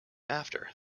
after